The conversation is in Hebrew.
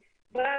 ו',